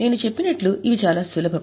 నేను చెప్పినట్లు ఇవి చాలా సులభం